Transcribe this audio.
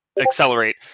accelerate